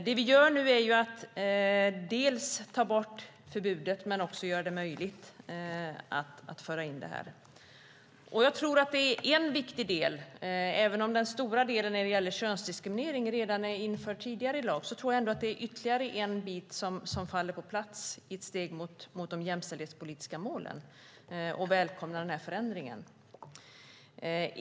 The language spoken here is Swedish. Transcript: Det vi gör nu är att dels ta bort undantaget, dels göra det möjligt att införa förbudet. Jag tror att det är en viktig del, även om den stora delen när det gäller könsdiskriminering redan är införd i lagen tidigare. Det är ytterligare en bit som faller på plats i ett steg mot de jämställdhetspolitiska målen. Jag välkomnar förändringen.